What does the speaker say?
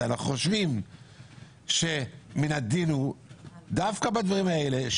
אנחנו חושבים שמן הדין הוא דווקא בדברים האלה,